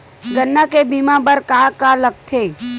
गन्ना के बीमा बर का का लगथे?